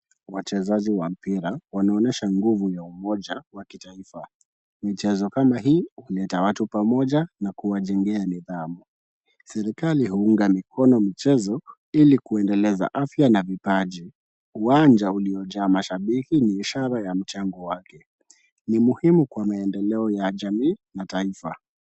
Wachezaji wa mpira wanaonesha nguvu ya umoja wa kitaifa. Michezo ka hii huleta watu pamoja na kuwajengea nidhamu. Serikali huunga mikono michezo ili kuendeleza afya na vipaji. Uwanja uliojaa mashabiki ni ishara ya mchango wake. Ni muhimu kwa maendeleo ya jamii na taifa.